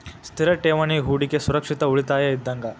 ಸ್ಥಿರ ಠೇವಣಿ ಹೂಡಕಿ ಸುರಕ್ಷಿತ ಉಳಿತಾಯ ಇದ್ದಂಗ